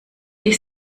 die